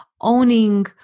owning